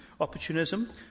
Opportunism